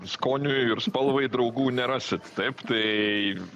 skoniui ir spalvai draugų nerasit taip tai